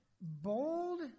bold